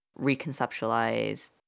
reconceptualize